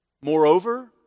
moreover